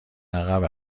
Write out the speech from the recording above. عقب